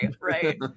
Right